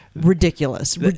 ridiculous